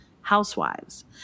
housewives